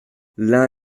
l’un